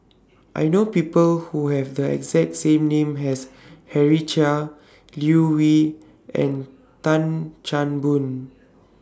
I know People Who Have The exact same name as Henry Chia Liew Wee and Tan Chan Boon